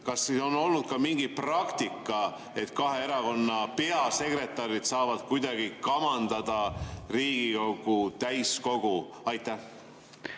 –, kas on olnud ka mingi selline praktika, et kahe erakonna peasekretärid saavad kuidagi kamandada Riigikogu täiskogu. Aitäh,